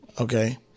Okay